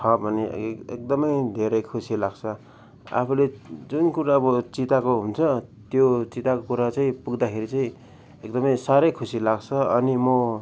छ भने ए एकदमै धेरै खुसी लाग्छ आफूले जुन कुरा अब चिताएको हुन्छ त्यो चिताएको कुरा चाहिँ पुग्दाखेरि चाहिँ एकदमै सारै खुसी लाग्छ अनि म